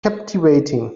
captivating